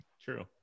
true